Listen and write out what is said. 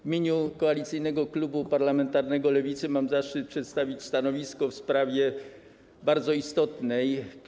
W imieniu Koalicyjnego Klubu Parlamentarnego Lewicy mam zaszczyt przedstawić stanowisko w sprawie bardzo istotnej.